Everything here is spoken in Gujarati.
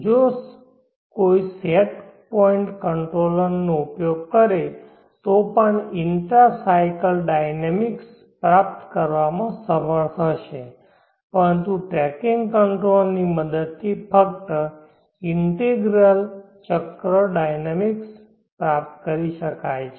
જો કોઈ સેટ પોઇન્ટ કંટ્રોલર controller નો ઉપયોગ કરે તો પણ ઇન્ટ્રા સાયકલ ડાયનેમિક્સ પ્રાપ્ત કરવામાં સમર્થ હશે પરંતુ ટ્રેકિંગ કંટ્રોલર ની મદદથી ફક્ત ઇંટેગરલ ચક્ર ડાયનેમિક્સ પ્રાપ્ત કરી શકાય છે